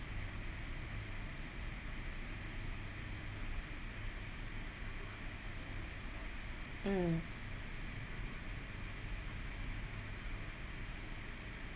mm